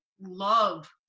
love